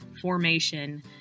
formation